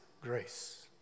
grace